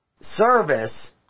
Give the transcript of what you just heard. service